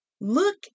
Look